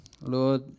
Lord